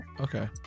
Okay